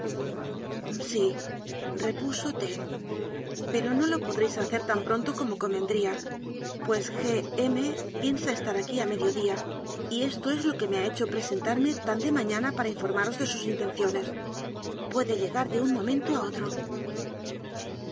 parte sírepuso t pero no lo podréis hacer tan pronto como convendría pues g m piensa estar aquí a medio día y esto es lo que me ha hecho presentarme tan de mañana para informa ros de sus intenciones puede llegar de un mo mento a otro